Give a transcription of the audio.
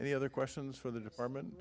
any other questions for the department